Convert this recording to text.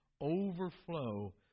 overflow